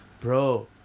bro